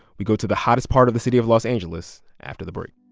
we go to the hottest part of the city of los angeles after the break